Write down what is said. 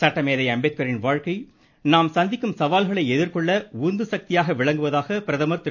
சட்டமேதை அம்பேத்கரின் வாழ்க்கை நாம் சந்திக்கும் சவால்களை எதிர்கொள்ள உந்து சக்தியாக விளங்குவதாக பிரதமர் திரு